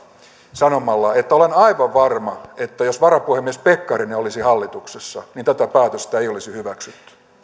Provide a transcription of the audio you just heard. sanon että olen aivan varma että jos varapuhemies pekkarinen olisi hallituksessa niin tätä päätöstä ei olisi hyväksytty